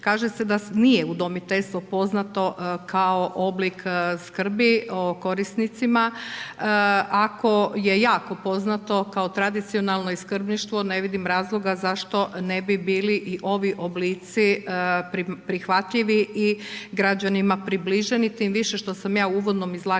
Kaže se da nije udomiteljstvo poznato kao oblik skrbi korisnicima. Ako je jako poznato kao tradicionalno skrbništvo, ne vidim razloga zašto ne bi bili i ovi oblici prihvatljivi i građanima približeni, tim više što sam ja u uvodnom izlaganju